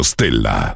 Stella